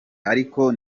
ariko